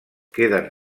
queden